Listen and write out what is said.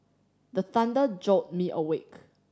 the thunder jolt me awake